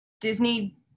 Disney